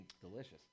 delicious